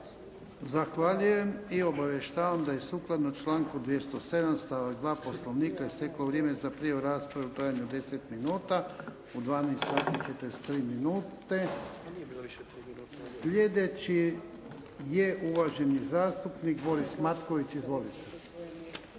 Zahvaljujem. Obavještavam da je sukladno članku 207. stavak 2. Poslovnika isteklo vrijeme za prijavu rasprave u trajanju od 10 minuta u 12 sati i 43 minute. Slijedeći je uvaženi zastupnik Boris Matković. Izvolite.